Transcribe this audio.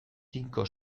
tinko